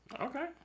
okay